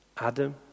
Adam